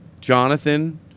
Jonathan